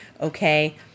okay